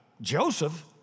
Joseph